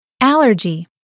allergy